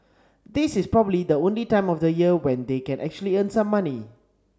this is probably the only time of the year when they can actually earn some money